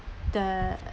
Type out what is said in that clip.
the